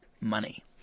money